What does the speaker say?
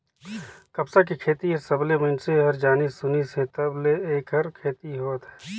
कपसा के खेती हर सबलें मइनसे हर जानिस सुनिस हे तब ले ऐखर खेती होवत हे